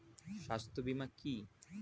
স্বাস্থ্য বীমা কি?